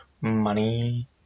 money